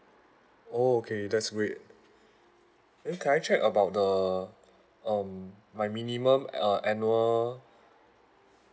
oh okay that's great and can I check about the um my minimum uh annual